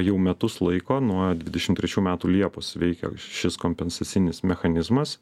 jau metus laiko nuo dvidešim trečių metų liepos veikia šis kompensacinis mechanizmas